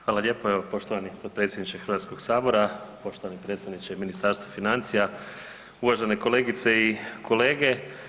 Hvala lijepo evo poštovani potpredsjedniče HS-a, poštovani predsjedniče Ministarstva financija, uvažene kolegice i kolege.